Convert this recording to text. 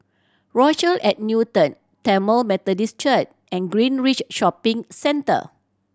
Rochelle at Newton Tamil Methodist Church and Greenridge Shopping Centre